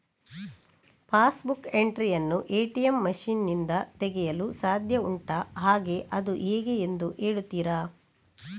Pass book entry ಯನ್ನು ATM machine ನಿಂದ ತೆಗೆಯಲು ಸಾಧ್ಯ ಉಂಟಾ ಹಾಗೆ ಅದು ಹೇಗೆ ಎಂದು ಹೇಳುತ್ತೀರಾ?